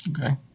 Okay